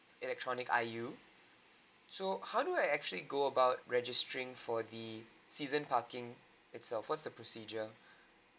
electronic I_U so how do I actually go about registering for the season parking itself what's the procedure